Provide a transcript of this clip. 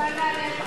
של נעליך.